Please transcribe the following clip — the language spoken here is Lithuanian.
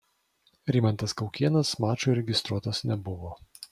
rimantas kaukėnas mačui registruotas nebuvo